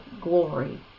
glory